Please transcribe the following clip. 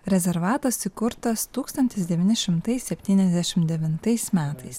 rezervatas įkurtas tūkstantis devyni šimtai septyniasdešimt devintais metais